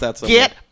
get